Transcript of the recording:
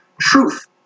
truth